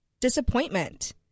disappointment